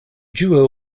duo